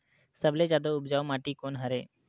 सबले जादा उपजाऊ माटी कोन हरे?